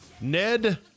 Ned